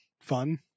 fun